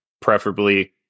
preferably